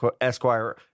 Esquire